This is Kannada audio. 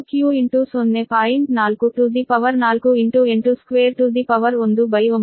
4 to the power 4 into 8 square to the power 1 by 9